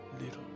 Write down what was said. Little